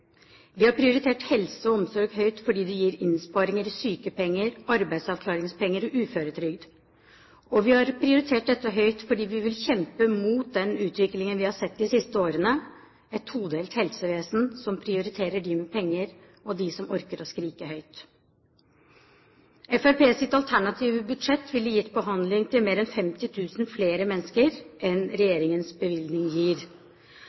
Vi har prioritert helse og omsorg høyt fordi det gir innsparinger i sykepenger, arbeidsavklaringspenger og uføretrygd. Vi har prioritert dette høyt fordi vi vil kjempe mot den utviklingen vi har sett de siste årene, nemlig et todelt helsevesen som prioriterer dem med penger og dem som orker å skrike høyt. Fremskrittspartiets alternative budsjett ville gitt behandling til mer enn 50 000 flere mennesker enn regjeringens bevilgning gir.